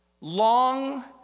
long